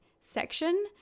section